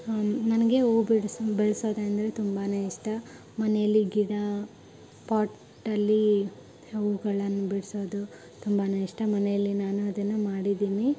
ನನಗೆ ಹೂವು ಬಿಡಿಸೋ ಬೆಳೆಸೋದಂದ್ರೆ ತುಂಬಾ ಇಷ್ಟ ಮನೆಯಲ್ಲಿ ಗಿಡ ಪಾಟಲ್ಲಿ ಹೂವುಗಳನ್ ಬಿಡಿಸೋದು ತುಂಬಾ ಇಷ್ಟ ಮನೆಯಲ್ಲಿ ನಾನು ಅದನ್ನು ಮಾಡಿದೀನಿ